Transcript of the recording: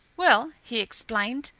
well, he explained,